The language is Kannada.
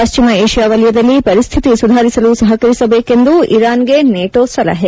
ಪಶ್ಲಿಮ ಏಷಿಯಾ ವಲಯದಲ್ಲಿ ಪರಿಸ್ಲಿತಿ ಸುಧಾರಿಸಲು ಸಹಕರಿಸಬೇಕೆಂದು ಇರಾನ್ಗೆ ನೇಟೋ ಸಲಹೆ